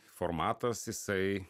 formatas jisai